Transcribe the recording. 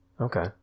Okay